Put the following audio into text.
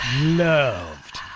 loved